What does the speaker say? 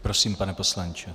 Prosím, pane poslanče.